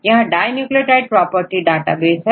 यहां di nucleotide property database है